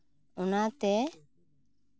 ᱚᱱᱟᱛᱮ